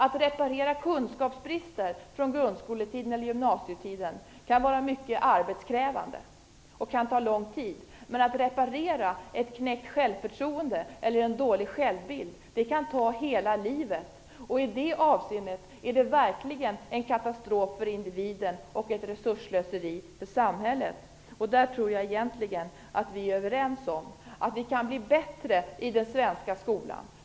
Att reparera kunskapsbrister från grundskole eller gymnasietiden kan vara mycket arbetskrävande och det kan ta lång tid, men att reparera ett knäckt självförtroende eller en dålig självbild kan ta hela livet. I det avseendet är det verkligen en katastrof för individen och ett resursslöseri för samhället. Jag tror egentligen att vi är överens om att vi kan bli bättre i den svenska skolan.